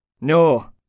No